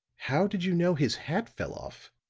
how did you know his hat fell off?